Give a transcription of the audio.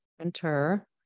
enter